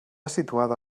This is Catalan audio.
situada